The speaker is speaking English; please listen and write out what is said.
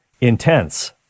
intense